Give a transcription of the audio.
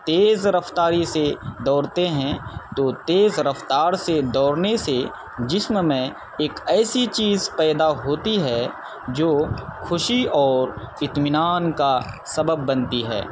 تیز رفتاری سے دوڑتے ہیں تو تیز رفتار سے دوڑنے سے جسم میں ایک ایسی چیز پیدا ہوتی ہے جو خوشی اور اطمینان کا سبب بنتی ہے